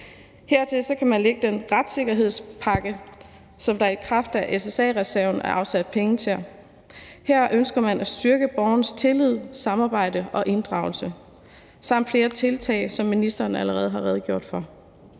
Hertil kan man lægge den retssikkerhedspakke, som der i kraft af SSA-reserven er afsat penge til. Her ønsker man at styrke borgerens tillid, samarbejde og inddragelse. Derudover er der flere tiltag, som ministeren allerede har redegjort for.